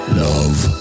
love